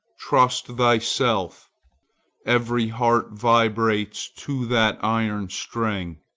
trust thyself every heart vibrates to that iron string.